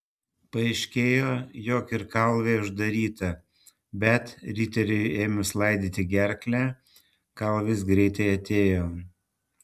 paaiškėjo jog ir kalvė uždaryta bet riteriui ėmus laidyti gerklę kalvis greitai atėjo